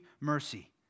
mercy